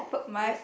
my